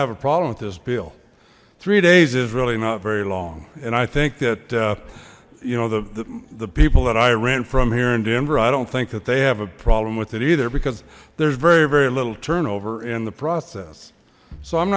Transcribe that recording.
have a problem at this bill three days is really not very long and i think that you know the the people that i ran from here in denver i don't think that they have a problem with it either because there's very very little turn in the process so i'm